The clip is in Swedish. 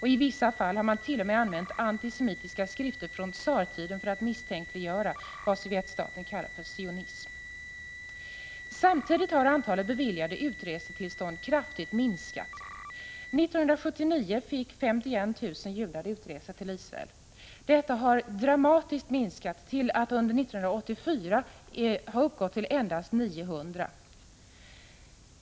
I vissa fall har man t.o.m. använt antisemitiska skrifter från tsartiden för att misstänkliggöra vad sovjetstaten kallar för sionism. Samtidigt har antalet beviljade utresetillstånd kraftigt minskat. År 1979 fick 51 000 judar utresetillstånd till Israel. Det har skett en dramatisk minskning, och 1984 var antalet endast 900.